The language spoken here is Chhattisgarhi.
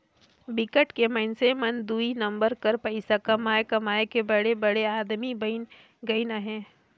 बिकट के मइनसे मन दुई नंबर कर पइसा कमाए कमाए के बड़े बड़े आदमी बइन गइन अहें